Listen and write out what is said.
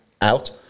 out